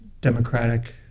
democratic